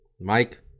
Mike